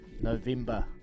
November